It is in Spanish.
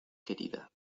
querida